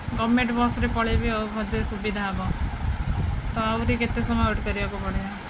government ବସ୍ରେ ପଳାଇବି ଆଉ ମୋତେ ସୁବିଧା ହେବ ତ ଆହୁରି କେତେ ସମୟ ୱେଟ୍ କରିବାକୁ ପଡ଼ିବ